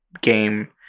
game